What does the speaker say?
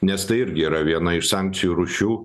nes tai irgi yra viena iš sankcijų rūšių